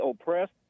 oppressed